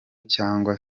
cyangwa